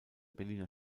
berliner